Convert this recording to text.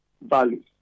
values